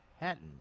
Hatton